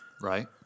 Right